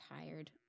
tired